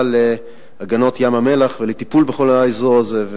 להגנות ים-המלח ולטיפול בכל האזור הזה,